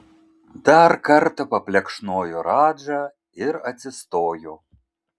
dar kartą paplekšnojo radžą ir atsistojo